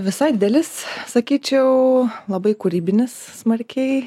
visai dalis sakyčiau labai kūrybinis smarkiai